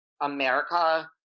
America